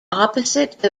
opposite